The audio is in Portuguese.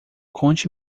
conte